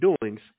doings